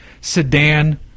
sedan